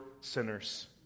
sinners